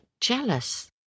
jealous